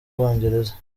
bwongereza